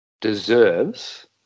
deserves